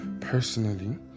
personally